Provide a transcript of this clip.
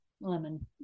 lemon